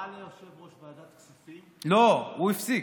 ההוראה ליושב-ראש ועדת כספים, לא, הוא הפסיק,